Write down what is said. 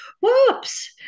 whoops